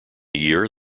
year